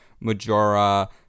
Majora